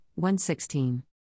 116